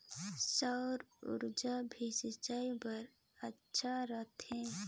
सौर ऊर्जा भी सिंचाई बर अच्छा रहथे?